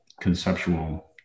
conceptual